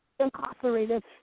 incarcerated